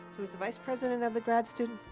who's the vice president of the grad student.